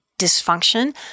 dysfunction